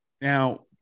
Now